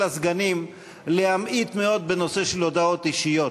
הסגנים להמעיט מאוד בנושא של הודעות אישיות.